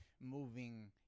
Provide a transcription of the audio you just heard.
moving